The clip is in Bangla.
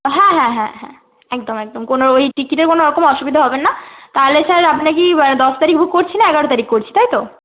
হ্যাঁ হ্যাঁ হ্যাঁ হ্যাঁ একদম একদম কোনো ওই টিকিটের কোনোরকম অসুবিধা হবে না তাহলে স্যার আপনার কি দশ তারিখ বুক করছি না এগারো তারিখ করছি তাই তো